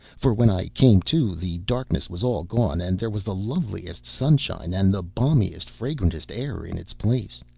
for, when i came to, the darkness was all gone and there was the loveliest sunshine and the balmiest, fragrantest air in its place.